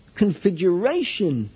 configuration